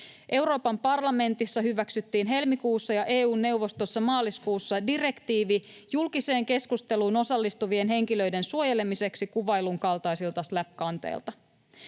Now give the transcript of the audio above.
Euroopan parlamentissa hyväksyttiin helmikuussa ja EU:n neuvostossa maaliskuussa direktiivi julkiseen keskusteluun osallistuvien henkilöiden suojelemiseksi kuvaillun kaltaisilta SLAPP-kanteilta.